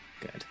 Good